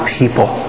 people